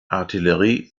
artillerie